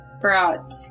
brought